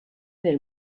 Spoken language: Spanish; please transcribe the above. del